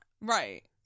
Right